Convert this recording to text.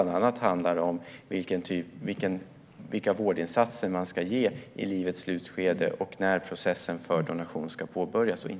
Det handlar bland annat om vilka vårdinsatser som man ska ge i livets slutskede och när processen för donation ska påbörjas och inte.